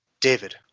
David